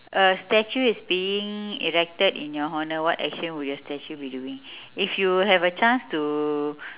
a statue is being erected in your honour what action will your statue be doing if you have a chance to